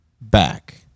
back